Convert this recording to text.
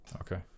Okay